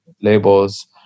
labels